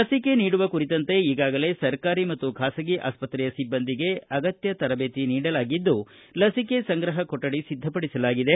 ಲಸಿಕೆ ನೀಡುವ ಕುರಿತಂತೆ ಈಗಾಗಲೇ ಸರ್ಕಾರಿ ಮತ್ತು ಖಾಸಗಿ ಆಸ್ವಕ್ರೆಯ ಸಿಬ್ಬಂದಿಗೆ ಅಗತ್ತ ತರಬೇತಿ ನೀಡಲಾಗಿದ್ದು ಲಸಿಕೆ ಸಂಗ್ರಹ ಕೊಠಡಿ ಸಿದ್ದಪಡಿಸಲಾಗಿದೆ